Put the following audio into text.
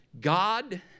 God